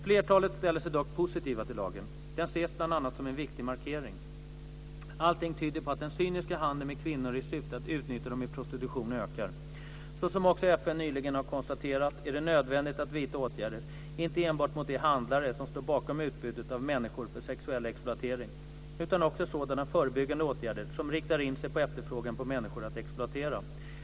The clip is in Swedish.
Flertalet ställer sig dock positiva till lagen. Den ses bl.a. som en viktig markering. Allting tyder på att den cyniska handeln med kvinnor i syfte att utnyttja dem i prostitution ökar. Såsom också FN nyligen har konstaterat är det nödvändigt att vidta åtgärder inte enbart mot de handlare som står bakom utbudet av människor för sexuell exploatering utan också sådana förebyggande åtgärder som riktar in sig på efterfrågan på människor att exploatera.